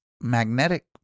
magnetic